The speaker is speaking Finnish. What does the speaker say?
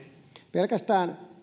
pelkästään